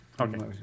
Okay